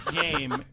game